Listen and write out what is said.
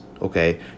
Okay